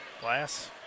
Glass